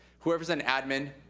whoever's an admin,